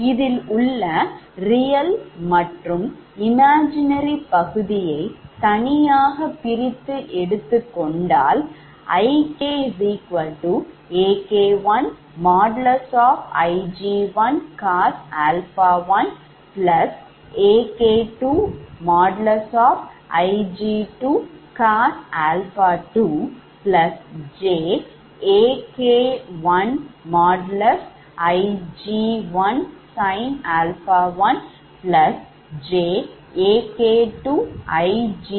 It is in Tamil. அதில் உள்ள real மற்றும் imaginary பகுதியை தனியாக பிரித்து எடுத்துக் கொண்டால் IKAK1Ig1cosα1AK2Ig2cosα2jAK1Ig1sinα1|jAK2Ig2sinα2